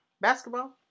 basketball